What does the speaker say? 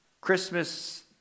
Christmas